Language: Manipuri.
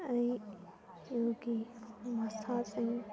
ꯑꯩ ꯏꯌꯨꯒꯤ ꯃꯁꯥꯁꯤꯡ